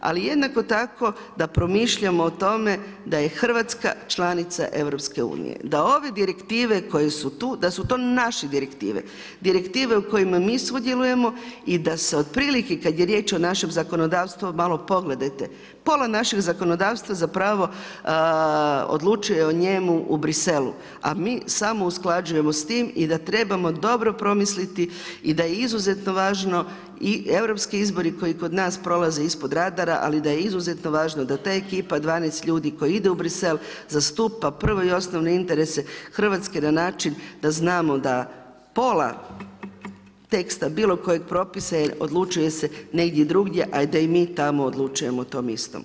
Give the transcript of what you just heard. Ali jednako tako da promišljamo o tome da je Hrvatska članica EU, da ove direktive koje su tu da su to naše direktive, direktive u kojima mi sudjelujemo i da se otprilike kada je riječ o našem zakonodavstvu malo pogledajte, pola našeg zakonodavstva zapravo odlučuje o njemu u Bruxellesu, a mi samo usklađujemo s tim i da trebamo dobro promisliti i da je izuzetno važno i europski izbori koji kod nas prolaze ispod radara, ali da je izuzetno važno da ta ekipa 12 ljudi koji idu u Bruxelles zastupa prvo i osnovno interese Hrvatske na način da znamo da pola teksta bilo kojeg propisa odlučuje se negdje drugdje, a i da i mi tamo odlučujemo o tom istom.